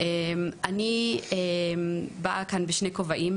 אני נמצאת כאן בעצם בשני כובעים.